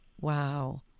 Wow